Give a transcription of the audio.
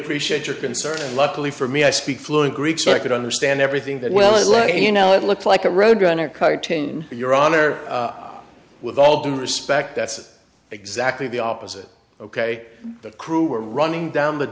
appreciate your concern and luckily for me i speak fluent greek so i could understand everything that well i let you know it looks like a roadrunner card tain your honor with all due respect that's exactly the opposite ok the crew were running down the